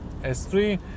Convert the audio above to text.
S3